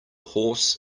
horse